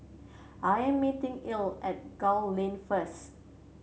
I am meeting Ell at Gul Lane first